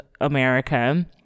America